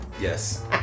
yes